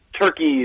turkeys